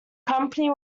company